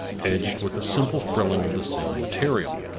edged with a simple frilling of the same material.